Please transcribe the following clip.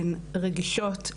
רגישות,